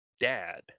Dad